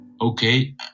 Okay